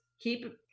keep